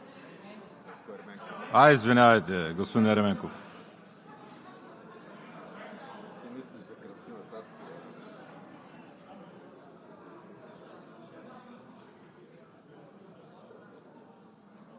А, извинявайте, господин Ерменков.